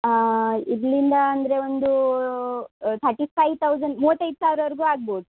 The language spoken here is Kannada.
ಇಲ್ಲಿಂದ ಅಂದರೆ ಒಂದು ಥರ್ಟಿ ಫೈವ್ ತೌಝಂಡ್ ಮೂವತ್ತೈದು ಸಾವಿರವರ್ಗು ಆಗ್ಬೋದು